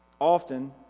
Often